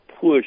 push